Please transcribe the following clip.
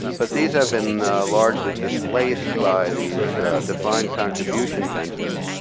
but these have been largely displaced by these defined contribution pensions.